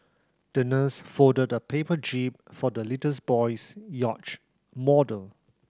the nurse folded a paper jib for the little boy's yacht model